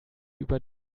über